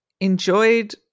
enjoyed